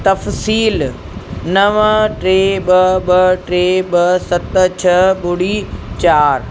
तफ़्सील नवं टे ॿ ॿ टे ॿ सत छह ॿुड़ी चार